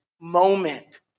moment